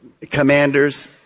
commanders